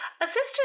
assistant